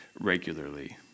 regularly